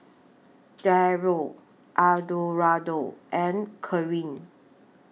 Darold Eduardo and Karyn